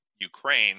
Ukraine